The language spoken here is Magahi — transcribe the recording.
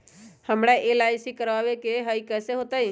हमरा एल.आई.सी करवावे के हई कैसे होतई?